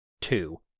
two